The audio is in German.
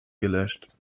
gelöscht